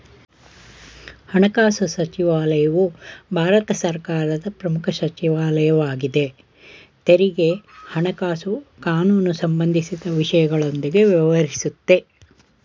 ಹಣಕಾಸುಸಚಿವಾಲಯವು ಭಾರತ ಸರ್ಕಾರದ ಪ್ರಮುಖ ಸಚಿವಾಲಯ ವಾಗಿದೆ ತೆರಿಗೆ ಹಣಕಾಸು ಕಾನೂನುಸಂಬಂಧಿಸಿದ ವಿಷಯಗಳೊಂದಿಗೆ ವ್ಯವಹರಿಸುತ್ತೆ